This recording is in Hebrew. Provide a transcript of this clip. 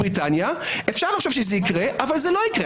בבריטניה, אפשר לחשוב שזה יקרה אבל זה לא יקרה.